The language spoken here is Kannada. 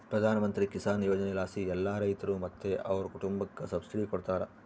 ಪ್ರಧಾನಮಂತ್ರಿ ಕಿಸಾನ್ ಯೋಜನೆಲಾಸಿ ಎಲ್ಲಾ ರೈತ್ರು ಮತ್ತೆ ಅವ್ರ್ ಕುಟುಂಬುಕ್ಕ ಸಬ್ಸಿಡಿ ಕೊಡ್ತಾರ